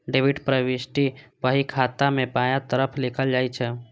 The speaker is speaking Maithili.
डेबिट प्रवृष्टि बही खाता मे बायां तरफ लिखल जाइ छै